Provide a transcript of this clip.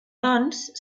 doncs